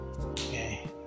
Okay